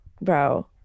Bro